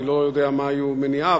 אני לא יודע מה היו מניעיו,